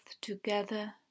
together